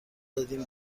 دادیم